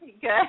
Good